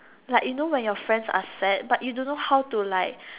like you know when your friends are sad but you don't know how to like